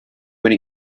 when